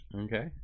Okay